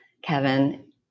Kevin